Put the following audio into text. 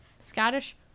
Scottish